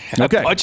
Okay